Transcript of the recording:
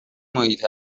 محیط